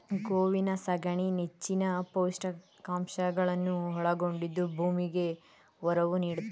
ಗೋವಿನ ಸಗಣಿ ನೆಚ್ಚಿನ ಪೋಷಕಾಂಶಗಳನ್ನು ಒಳಗೊಂಡಿದ್ದು ಭೂಮಿಗೆ ಒರವು ನೀಡ್ತಿದೆ